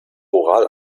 oral